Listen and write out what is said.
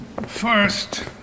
First